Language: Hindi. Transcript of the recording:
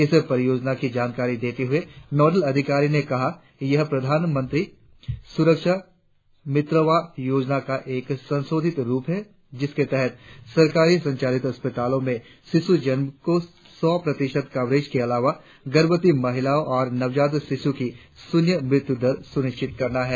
इस परियोजना की जानकारी देते हुए नॉडल अधिकारी ने कहा यह प्रधानमंत्री सुरक्षा मित्रावा योजना का एक संशोधित रुप है जिसके तहत सरकारी संचालित अस्पतालो में शिश्र जन्म के सौ प्रतिशत कवरेज के अलावा गर्भवती महिला और नवजात शिशू की शुन्य मृत्यु दर सुनिश्चित करना है